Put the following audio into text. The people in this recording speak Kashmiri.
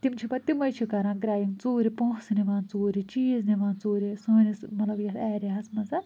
تِم چھِ پتہٕ تِمٔے چھِ کَران کرٛایم ژوٗرِ پٲنٛسہٕ نِوان ژوٗرِ چیٖز نِوان ژوٗرِ سٲنِس مطلب ییٚتھ ایرِیا ہس منٛز